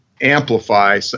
amplify